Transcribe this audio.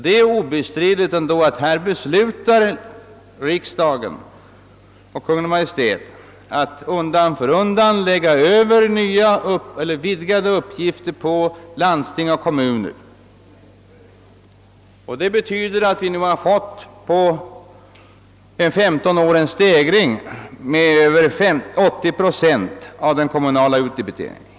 Det är obestridligt att riksdagen och Kungl. Maj:t undan för undan beslutat att lägga över uppgifter på landstingen och primärkommunerna, något som medfört att den kommunala utdebiteringen på 15 år ökat med 80 procent.